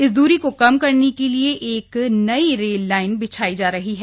इस दूरी को कम करने के लिये यह नई रेल लाइन बनाई जा रही है